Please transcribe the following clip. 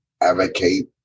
advocate